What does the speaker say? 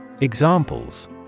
Examples